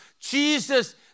Jesus